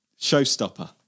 Showstopper